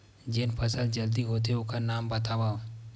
जेन फसल जल्दी होथे ओखर नाम बतावव?